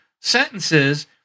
sentences